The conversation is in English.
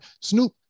Snoop